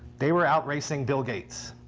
they were outracing bill gates.